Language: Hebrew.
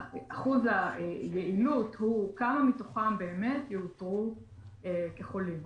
אחוז היעילות הוא כמה מתוכם באמת יאותרו כחולים.